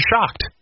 shocked